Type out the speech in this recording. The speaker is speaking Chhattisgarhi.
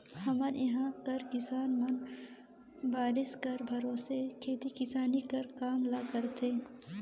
हमर इहां कर किसान मन बरिखा कर भरोसे खेती किसानी कर काम ल करथे